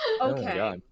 okay